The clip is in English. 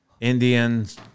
Indians